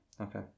okay